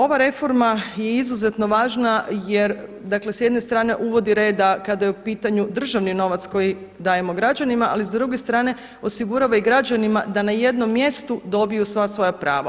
Ova reforma je izuzetno važna jer dakle s jedne strane uvodi reda kada je u pitanju državni novac koji dajemo građanima, ali s druge strane osigurava i građanima da na jednom mjestu dobiju sva svoja prava.